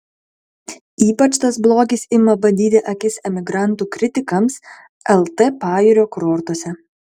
ypač tas blogis ima badyti akis emigrantų kritikams lt pajūrio kurortuose